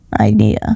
idea